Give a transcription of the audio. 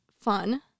fun